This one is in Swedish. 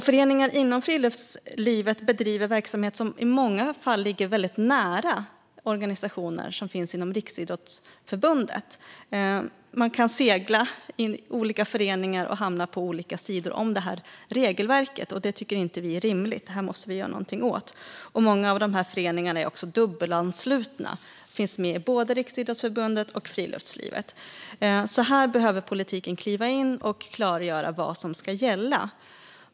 Föreningar inom friluftslivet bedriver verksamhet som i många fall ligger väldigt nära det som görs av organisationer som finns inom Riksidrottsförbundet. Man kan segla i olika föreningar och hamna på olika sidor om regelverket. Det tycker inte vi är rimligt, och detta måste vi göra någonting åt. Många föreningar är också dubbelanslutna och finns med i både Riksidrottsförbundet och Svenskt Friluftsliv. Här behöver politiken kliva in och klargöra vad som ska gälla.